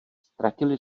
ztratili